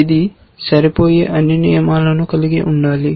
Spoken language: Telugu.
ఇది సరిపోయే అన్ని నియమాలను కలిగి ఉండాలి